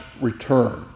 return